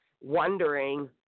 wondering